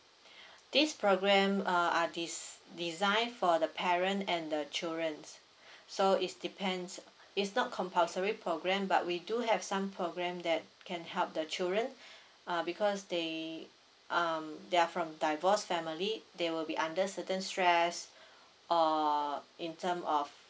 this program err are de~ design for the parent and the children so is depends it's not compulsory program but we do have some program that can help the children uh because they um they are from divorced family they will be under certain stress or in term of